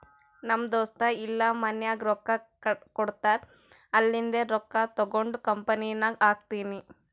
ನಮ್ ದೋಸ್ತ ಇಲ್ಲಾ ಮನ್ಯಾಗ್ ರೊಕ್ಕಾ ಕೊಡ್ತಾರ್ ಅಲ್ಲಿಂದೆ ರೊಕ್ಕಾ ತಗೊಂಡ್ ಕಂಪನಿನಾಗ್ ಹಾಕ್ತೀನಿ